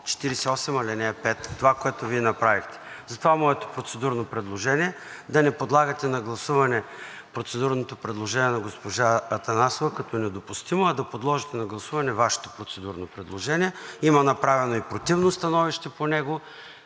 48, ал. 5 – това, което Вие направихте. Затова моето процедурно предложение е да не подлагате на гласуване процедурното предложение на госпожа Атанасова като недопустимо, а да подложите на гласуване Вашето процедурно предложение. Има направено и противно становище по него.